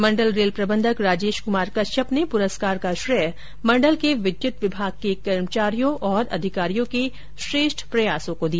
मंडल रेल प्रबंधक राजेश क्मार कश्यप ने पुरस्कार का श्रेय मंडल के विद्युत विभाग के कर्मचारियों और अधिकारियों के श्रेष्ठ प्रयासों को दिया